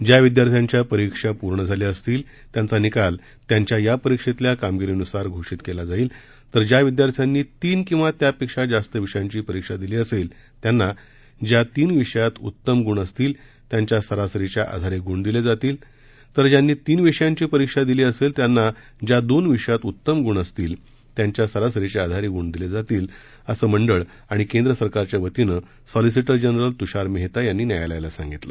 ज्या विद्यार्थ्यांच्या परीक्षा पूर्ण झाल्या असतील त्यांचा निकाल त्यांच्या या परीक्षेतल्या कामगिरीन्सार घोषित केला जाईल तर ज्या विद्यार्थ्यांनी तीन किंवा त्यापेक्षा जास्त विषयांची परीक्षा दिली असेल त्यांना ज्या तीन विषयात उतम ग्ण असतील त्यांच्या सरासरीच्या आधारे ग़ण दिले जातील तर ज्यांनी तीन विषयांची परीक्षा दिली असेल त्यांना ज्या दोन विषयात उत्तम गुण असतील त्यांच्या सरासरीच्या आधारे गुण दिले जातील असं मंडळ आणि केंद्र सरकारच्या वतीनं सॉलिसीटर जनरल तृषार मेहता यांनी न्यायालयाला सांगितलं